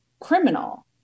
criminal